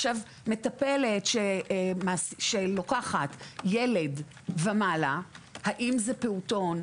עכשיו מטפלת שלוקחת ילד ומעלה, האם זה פעוטון?